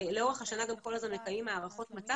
לאורך השנה אנחנו גם כל הזמן מקיימים הערכות מצב